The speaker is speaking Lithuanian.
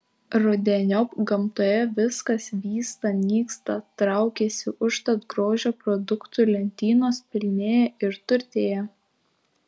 rudeniop gamtoje viskas vysta nyksta traukiasi užtat grožio produktų lentynos pilnėja ir turtėja